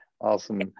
awesome